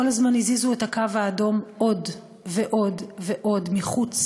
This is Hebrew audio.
כל הזמן הזיזו את הקו האדום עוד ועוד ועוד, מחוץ